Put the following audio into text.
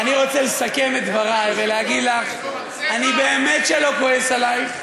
אני רוצה לסכם את דברי ולהגיד לך: אני באמת לא כועס עלייך,